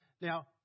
Now